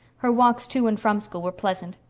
her walks to and from school were pleasant.